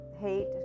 Hate